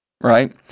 right